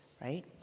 right